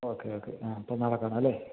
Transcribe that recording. okay okay ആ അപ്പം നാളെ കാണാം അല്ലേ